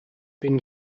been